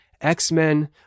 x-men